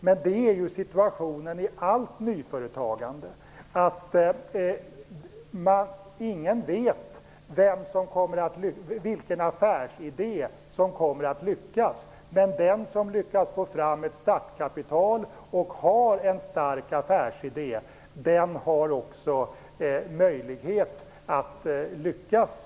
Situationen när det gäller allt nyföretagande är ju sådan att ingen vet vilken affärsidé som kommer att lyckas, men den som kan få fram ett startkapital och har en stark affärsidé har också möjlighet att lyckas.